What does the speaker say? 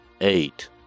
eight